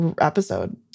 episode